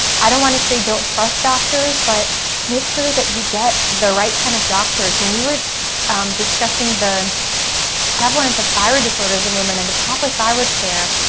i don't want to say don't trust doctors but make sure that you get the right kind of doctors. when we were discussing the prevalence of thyroid disorders in women and the proper thyroid care,